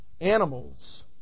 Animals